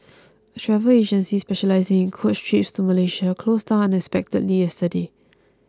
a travel agency specialising in coach trips to Malaysia closed down unexpectedly yesterday